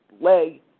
leg